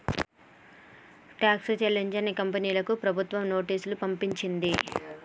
tax చెల్లించని కంపెనీలకు ప్రభుత్వం నోటీసులు పంపించింది